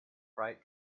pride